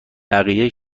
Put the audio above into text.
بقیه